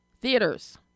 Theaters